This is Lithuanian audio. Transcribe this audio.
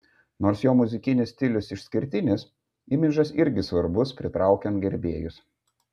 nors jo muzikinis stilius išskirtinis imidžas irgi svarbus pritraukiant gerbėjus